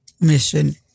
mission